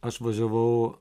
aš važiavau